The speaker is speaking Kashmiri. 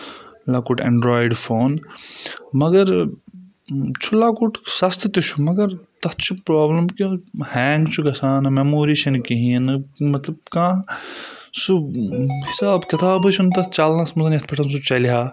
لۄکُٹ ایٚنڈرایڈ فون مگر چھُ لۄکُٹ سَستہٕ تہِ چھُ مگر تَتھ چھُ پرٛابلِم کہِ ہینٛگ چھُ گَژھان میموری چھےٚ نہٕ کِہیٖنۍ نہٕ مطلب کانٛہہ سُہ حِساب کِتابٕے چھُنہٕ تَتھ چَلنَس منٛز یَتھ پؠٹھ سُہ چَلہِ ہا